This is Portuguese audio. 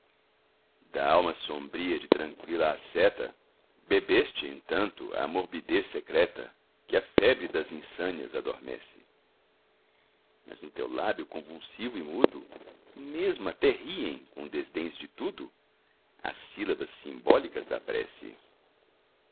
da alma sombria de tranqüilo asceta bebeste entanto a morbidez secreta que a febre das insânias adormece mas no teu lábio convulsivo e mudo mesmo até riem com desdéns de tudo as sílabas simbólicas da prece